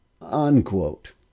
unquote